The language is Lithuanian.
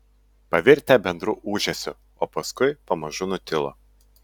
pavirtę bendru ūžesiu o paskui pamažu nutilo